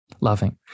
loving